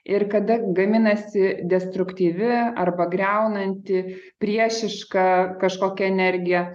ir kada gaminasi destruktyvi arba griaunanti priešiška kažkokia energija